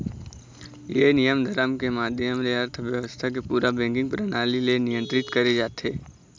ये नियम धरम के माधियम ले अर्थबेवस्था के पूरा बेंकिग परनाली ले नियंत्रित करे जाथे